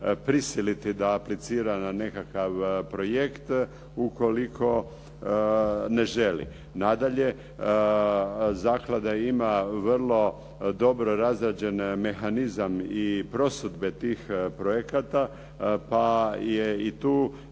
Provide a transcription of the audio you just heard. da aplicira na nekakav projekt ukoliko ne želi. Nadalje, zaklada ima vrlo dobro razrađen mehanizam i prosudbe tih projekata, pa je i tu čest